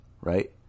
right